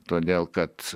todėl kad